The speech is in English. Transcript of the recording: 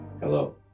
Hello